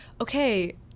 okay